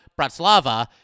Bratislava